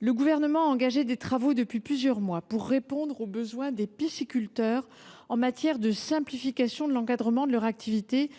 Le Gouvernement a engagé des travaux depuis plusieurs mois pour répondre aux besoins des pisciculteurs en matière de simplification de l’encadrement de leur activité,